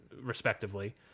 respectively